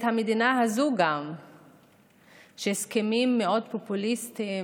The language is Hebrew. המדינה הזאת שהסכמים מאוד פופוליסטיים,